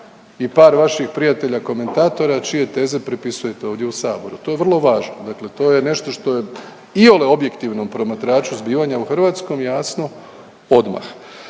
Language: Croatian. i par vaših prijatelja komentatora čije teze pripisujete ovdje u Saboru, to je vrlo važno. Dakle to je nešto što je iole objektivnom promatraču zbivanja u hrvatskom jasno odmah.